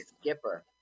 Skipper